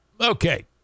Okay